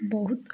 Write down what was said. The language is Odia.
ବହୁତ